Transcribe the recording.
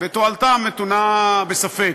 ותועלתם נתונה בספק.